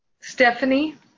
Stephanie